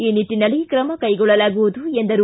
ಈ ನಿಟ್ಟನಲ್ಲಿ ಕ್ರಮ ಕೈಗೊಳ್ಳಲಾಗುವುದು ಎಂದರು